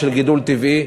בשל גידול טבעי.